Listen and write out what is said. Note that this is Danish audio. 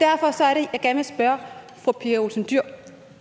Derfor er det, jeg gerne vil spørge fru Pia Olsen Dyhr,